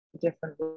different